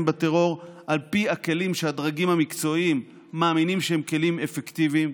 בטרור על פי הכלים שהדרגים המקצועיים מאמינים שהם כלים אפקטיביים.